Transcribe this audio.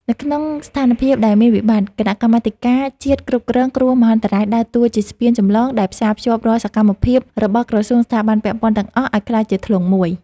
នៅក្នុងស្ថានភាពដែលមានវិបត្តិ គណៈកម្មាធិការជាតិគ្រប់គ្រងគ្រោះមហន្តរាយដើរតួជាស្ពានចម្លងដែលផ្សារភ្ជាប់រាល់សកម្មភាពរបស់ក្រសួងស្ថាប័នពាក់ព័ន្ធទាំងអស់ឱ្យក្លាយជាធ្លុងមួយ។